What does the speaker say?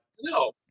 No